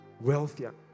wealthier